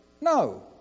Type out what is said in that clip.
No